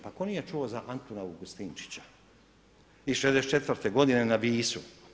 Pa tko nije čuo za Antuna Augustinčića iz '64. godine na Visu.